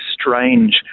strange